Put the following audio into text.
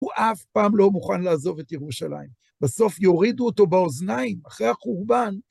הוא אף פעם לא מוכן לעזוב את ירושלים. בסוף יורידו אותו באוזניים, אחרי החורבן.